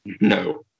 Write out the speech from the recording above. No